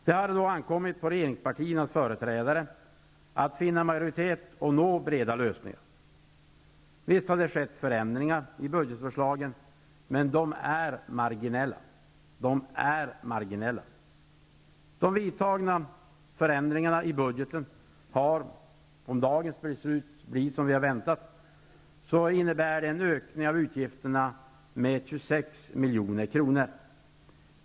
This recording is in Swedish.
Det har då ankommit på regeringspartiernas företrädare att finna majoritet och nå breda lösningar. Visst har det skett förändringar i budgetförslagen, men de är marginella. De vidtagna förändringarna i budgeten har, om dagens beslut blir som vi har väntat, inneburit en ökning av utgifterna med 26 milj.kr.